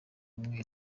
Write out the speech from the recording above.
umwe